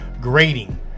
grading